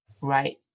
right